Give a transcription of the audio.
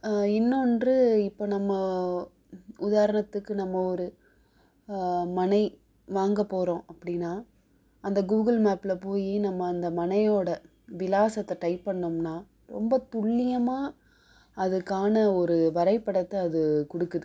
இன்னொன்று இப்போ நம்ம உதாரணத்துக்கு நம்ம ஒரு மனை வாங்க போகிறோம் அப்படின்னா அந்த கூகுள் மேப்பில் போய் நம்ம அந்த மனையோடய விலாசத்தை டைப் பண்ணிணோம்னா ரொம்ப துல்லியமாக அதுக்கான ஒரு வரைபடத்தை அது கொடுக்குது